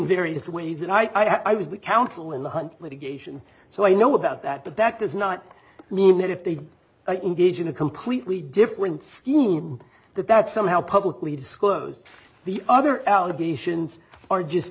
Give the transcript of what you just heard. various ways and i was the counsel in the hunt litigation so i know about that but that does not mean that if they engage in a completely different scheme that that somehow publicly disclosed the other allegations are just